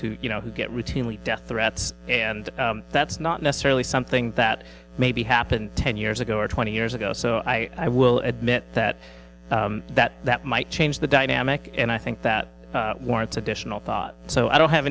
who you know get routinely death threats and that's not necessarily something that maybe happened ten years ago or twenty years ago so i will admit that that that might change the dynamic and i think that warrants additional thought so i don't have